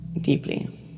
deeply